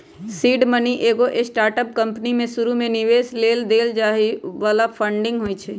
seed money एगो startup company में शुरुमे निवेश लेल देल जाय बला फंडिंग होइ छइ